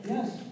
Yes